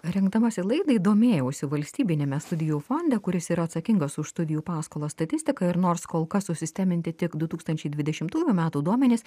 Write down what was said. rengdamasi laidai domėjausi valstybiniame studijų fonde kuris yra atsakingos už studijų paskolas statistiką ir nors kol kas susisteminti tik du tūkstančiai dvidešimtųjų metų duomenys